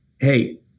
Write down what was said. Hey